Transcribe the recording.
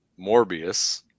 Morbius